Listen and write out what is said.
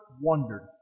wondered